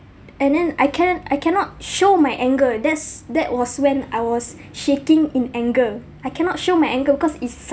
and then I can't I cannot show my anger that's that was when I was shaking in anger I cannot show my anger cause it's